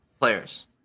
Players